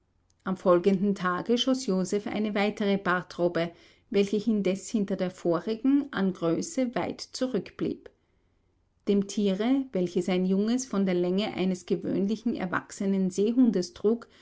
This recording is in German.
am folgenden tage schoß joseph eine weitere bartrobbe welche indes hinter der vorigen an größe weit zurück blieb dem tiere welches ein junges von der länge eines gewöhnlichen erwachsenen seehundes trug